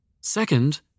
Second